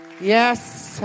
Yes